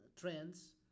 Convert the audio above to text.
trends